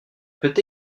peut